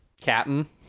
Captain